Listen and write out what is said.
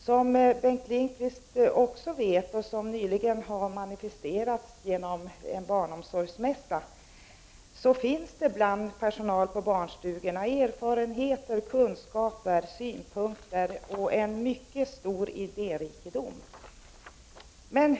Som Bengt Lindqvist också vet, och som nyligen har manifesterats genom en barnomsorgsmässa, så finns det bland personalen på barnstugorna erfarenheter, kunskap, synpunkter och en mycket stor idérikedom.